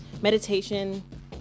meditation